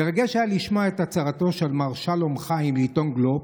מרגש היה לשמוע את הצהרתו של מר שלום חיים בעיתון גלובס: